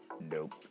Nope